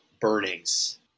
burnings